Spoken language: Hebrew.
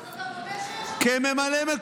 אז אתה מודה שיש שם, אז הינה, כממלא מקומו